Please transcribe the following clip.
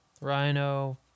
Rhino